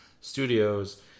Studios